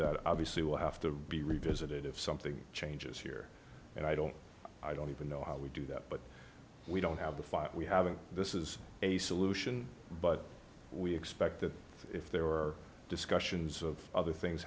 that obviously will have to be revisited if something changes here and i don't i don't even know how we do that but we don't have the fight we having this is a solution but we expect that if there are discussions of other things